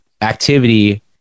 activity